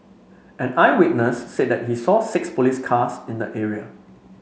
an eyewitness said that he saw six police cars in the area